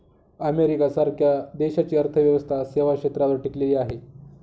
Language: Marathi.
अमेरिका सारख्या देशाची अर्थव्यवस्था सेवा क्षेत्रावर टिकलेली आहे